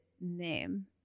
name